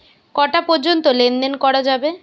কটা পর্যন্ত লেন দেন করা যাবে?